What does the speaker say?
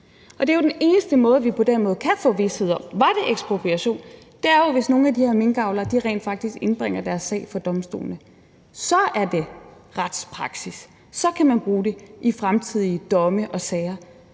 Det er jo den eneste måde, hvorpå vi kan få vished om, om det var ekspropriation, altså hvis nogle af de her minkavlere rent faktisk indbringer deres sag for domstolen. Så vil der være en retspraksis, og så kan man bruge den i fremtidige domme og sager.